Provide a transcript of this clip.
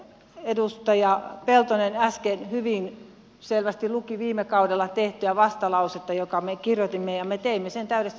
edustaja peltonen äsken hyvin selvästi luki viime kaudella tehtyä vastalausetta jonka me kirjoitimme ja me teimme sen täydestä sydämestä